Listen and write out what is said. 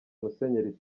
musenyeri